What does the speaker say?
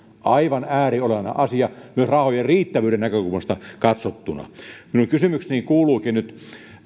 aivan ääriolennainen asia myös rahojen riittävyyden näkökulmasta katsottuna kysymykseni kuuluukin nyt